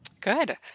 Good